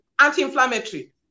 anti-inflammatory